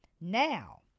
now